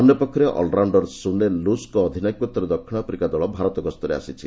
ଅନ୍ୟ ପକ୍ଷରେ all rounder Sune ଲୁସ୍ଙ୍କ ଅଧିନାୟକତ୍ୱରେ ଦକ୍ଷିଣ ଆଫ୍ରିକା ଦଳ ଭାରତ ଗସ୍ତରେ ଆସିଛି